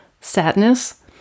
sadness